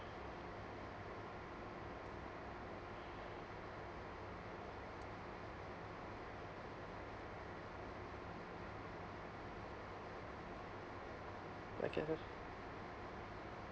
like a uh